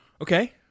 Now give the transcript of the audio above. Okay